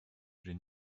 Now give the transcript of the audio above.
würde